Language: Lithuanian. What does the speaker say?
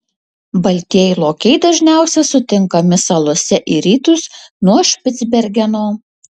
baltieji lokiai dažniausiai sutinkami salose į rytus nuo špicbergeno